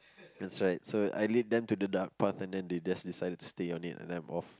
that's right so I lead them to the dark park and then they just decided to stay on it and then I'm off